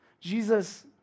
Jesus